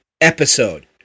episode